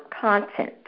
content